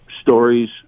stories